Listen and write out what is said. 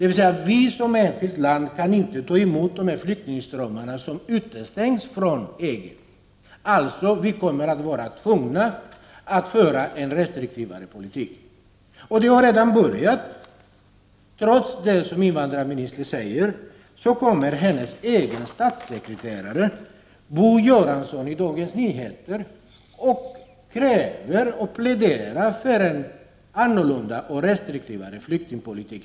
Vi kan inte som enskilt land ta emot de flyktingströmmar som utestängs från EG, utan vi kommer att vara tvungna att föra en restriktivare politik. Det har redan börjat. Trots det som invandrarministern säger, pläderar nu hennes egen statssekretare Bo Göransson i en artikel i Dagens Nyheter för en annorlunda och restriktivare flyktingpolitik.